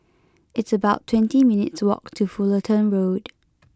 it's about twenty minutes' walk to Fullerton Road